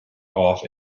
off